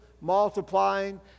multiplying